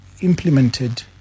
implemented